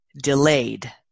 delayed